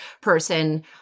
person